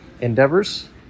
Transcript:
endeavors